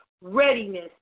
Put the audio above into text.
readiness